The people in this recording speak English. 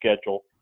schedule